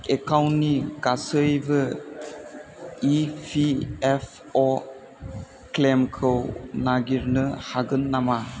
एकाउन्टनि गासैबो इपिएफअ क्लेमखौ नागिरनो हागोन नामा